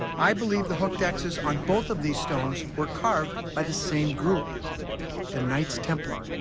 i believe the hooked x s on both of these stones were carved by the same group the knights templar.